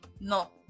no